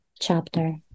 chapter